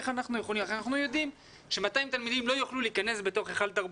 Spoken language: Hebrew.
אנחנו יודעים ש-200 תלמידים לא יוכלו להיכנס בהיכל התרבות.